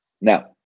Now